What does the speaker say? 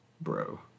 bro